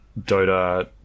Dota